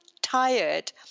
tired